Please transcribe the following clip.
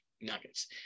nuggets